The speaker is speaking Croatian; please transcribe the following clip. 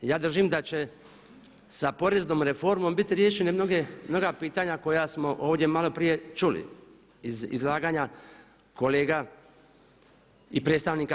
Ja držim da će sa poreznom reformom biti riješene mnoga pitanja koja smo ovdje maloprije čuli iz izlaganja kolega i predstavnika